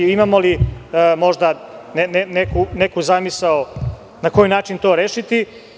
Imamo li možda neku zamisao na koji način to rešiti.